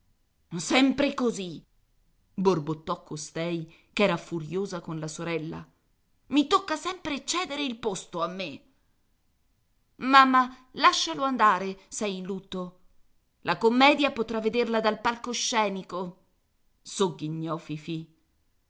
sempre così borbottò costei ch'era furiosa contro la sorella i tocca sempre cedere il posto a me mamma lascialo andare s'è in lutto la commedia potrà vederla dal palcoscenico sogghignò fifì